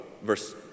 Verse